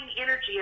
energy